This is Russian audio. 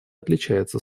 отличается